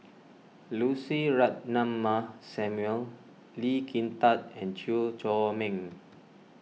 Lucy Ratnammah Samuel Lee Kin Tat and Chew Chor Meng